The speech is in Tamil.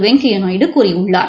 வெங்கப்யாநாயுடு கூறியுள்ளார்